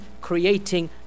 creating